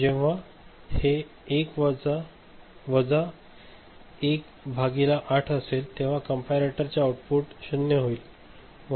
जेव्हा हे वजा 1 बाय 8 असेल तेव्हा कंपॅरेटर चे आउटपुट 0 येईल